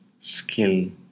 skill